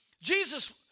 Jesus